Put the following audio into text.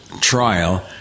trial